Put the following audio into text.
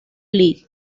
league